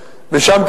ושם,